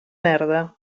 merda